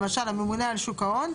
למשל הממונה על שוק ההון,